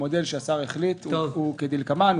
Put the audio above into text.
המודל שהשר החליט עליו הוא כדלקמן: